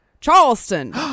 Charleston